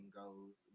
goes